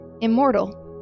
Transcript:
Immortal